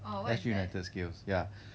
S_G united skills ya